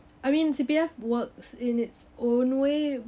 I mean C_P_F works in its own way